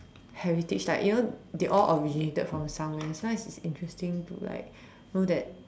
heritage like you know they all originated from somewhere and sometimes it's interesting to like know that